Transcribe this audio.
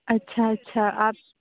اچھا اچھا آپ